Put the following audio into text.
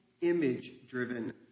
image-driven